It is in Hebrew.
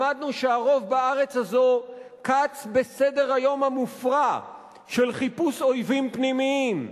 למדנו שהרוב בארץ הזו קץ בסדר-היום המופרע של חיפוש אויבים פנימיים,